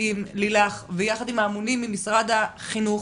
עם לילך ויחד עם האמונים ממשרד החינוך,